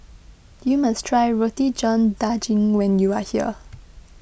you must try Roti John Daging when you are here